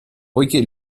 poiché